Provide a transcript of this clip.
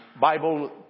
Bible